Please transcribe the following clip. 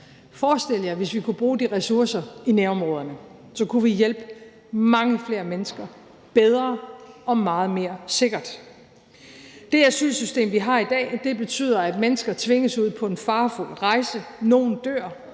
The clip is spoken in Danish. Forestil jer, hvis vi kunne bruge de ressourcer i nærområderne, så kunne vi hjælpe mange flere mennesker bedre og meget mere sikkert. Det asylsystem, vi har i dag, betyder, at mennesker tvinges ud på en farefuld rejse. Nogle dør,